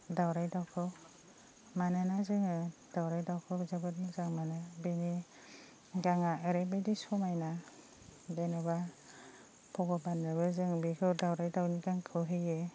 दाउराइ दाउखौ मानोना जोङो दाउराइ दाउखौ जोबोद मोजां मोनो बेनि गाङा ओरैबायदि समायना जेनेबा भगबाननोबो जों बेखौ दाउराइ दाउनि गांखौ होयो